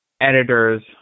editors